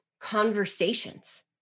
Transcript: conversations